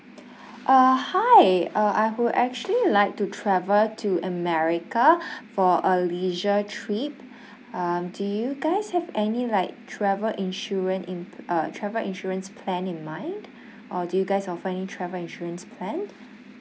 uh hi uh I would actually like to travel to america for a leisure trip um do you guys have any like travel insurance in uh travel insurance plan in mind or do you guys offer any travel insurance plan